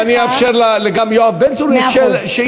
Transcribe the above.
ואני אאפשר גם ליואב בן צור שאלה.